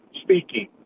speaking